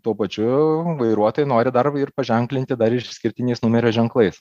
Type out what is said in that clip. tuo pačiu vairuotojai nori dar ir paženklinti dar išskirtiniais numerio ženklais